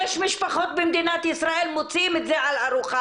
יש משפחות במדינת ישראל מוציאים את זה על ארוחה